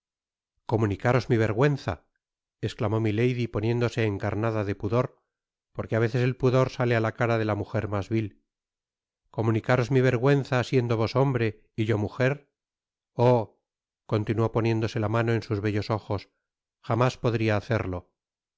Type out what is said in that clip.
comunicaros mi vergüenza esclamó milady poniéndose encarnada de pudor porque á veces el pudor sale á la cara de la mujer mas vil comunicaros mi vergüenza siendo vos hombre y yo mujer oh continuó poniéndose la mano en sus betlos ojos jamás podria hacerlo